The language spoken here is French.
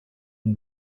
une